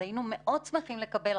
היינו מאוד שמחים לקבל,